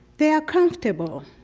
they're comfortable.